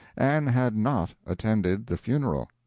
and had not attended the funeral.